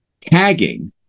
tagging